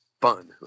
fun